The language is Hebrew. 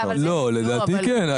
לדעתי כן,